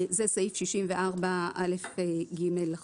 זה סעיף 64(א)(ג) לחוק.